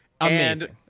Amazing